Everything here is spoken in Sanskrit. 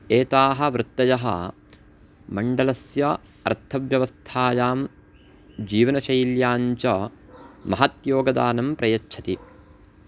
एताः वृत्तयः मण्डलस्य अर्थव्यवस्थायां जीवनशैल्याञ्च महद्योगदानं प्रयच्छन्ति